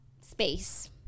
space